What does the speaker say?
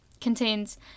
contains